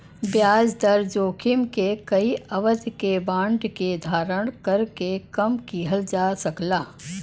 ब्याज दर जोखिम के कई अवधि के बांड के धारण करके कम किहल जा सकला